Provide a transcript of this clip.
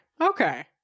okay